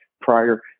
prior